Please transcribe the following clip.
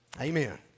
Amen